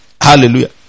hallelujah